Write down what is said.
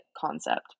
concept